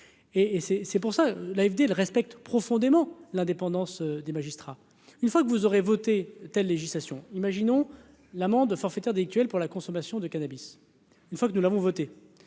c'est pour ça, l'AFD respecte profondément l'indépendance des magistrats, une fois que vous aurez voté telle législation imaginons l'amende forfaitaire délictuelle pour la consommation de cannabis, une fois que nous l'avons voté